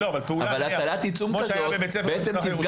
הטלת עיצום כזאת בעצם תפגע בשכרם.